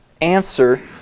answer